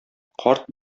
карт